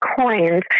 coins